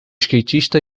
skatista